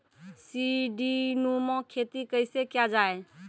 सीडीनुमा खेती कैसे किया जाय?